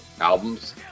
albums